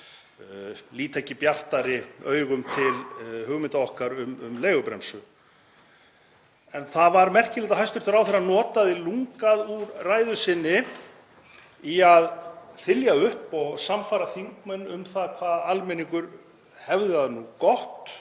líta ekki bjartari augum til hugmynda okkar um leigubremsu. Það var merkilegt að hæstv. ráðherra notaði lungann úr ræðu sinni í að þylja upp og sannfæra þingmenn um það hvað almenningur hefði það nú gott